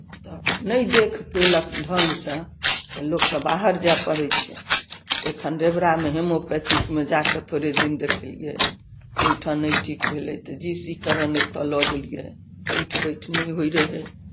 तऽ नहि देख पयलक ढङ्गसँ तऽ लोककेँ बाहर जाय पड़ै छै एखन रेबरामे होमियोपैथिकमे जा कऽ थोड़े दिन देखेलियै ओहि ठान नहि ठीक भेलै तऽ जी सी करण एतय लऽ गेलियै उठि बैठ नहि होइ रहय